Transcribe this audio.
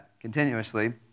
continuously